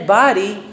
body